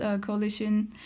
coalition